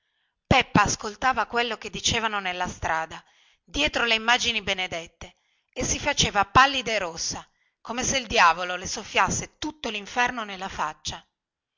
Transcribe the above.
peppa ascoltava quello che dicevano nella strada dietro le immagini benedette e si faceva pallida e rossa come se il diavolo le soffiasse tutto linferno nella faccia